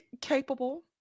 capable